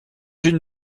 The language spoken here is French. une